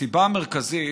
הסיבה המרכזית,